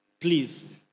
Please